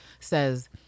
says